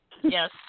Yes